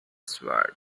sword